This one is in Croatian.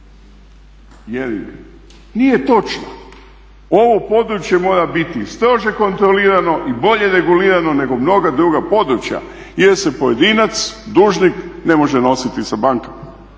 … nije točno, ovo područje mora biti strože kontrolirano i bolje regulirano nego mnoga druga područja jer se pojedinac, dužnik ne može nositi sa bankama.